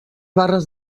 barres